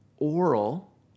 oral